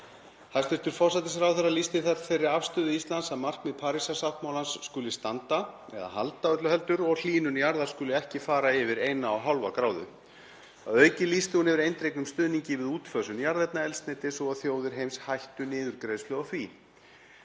Hæstv. forsætisráðherra lýsti þar þeirri afstöðu Íslands að markmið Parísarsáttmálans skuli standa, eða halda öllu heldur, og hlýnun jarðar skuli ekki fara yfir 1,5°C. Að auki lýsti hún yfir eindregnum stuðningi við útfösun jarðefnaeldsneytis og að þjóðir heims hættu niðurgreiðslu á því.